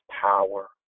power